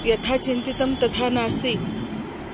यथा चिन्तितं तथा नास्ति